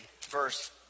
verse